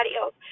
else